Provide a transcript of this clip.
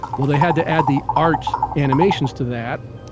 well they had to add the art animations to that.